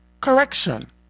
correction